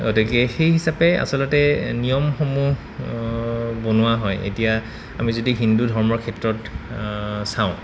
গতিকে সেই হিচাপে আচলতে নিয়মসমূহ বনোৱা হয় এতিয়া আমি যদি হিন্দু ধৰ্মৰ ক্ষেত্ৰত চাওঁ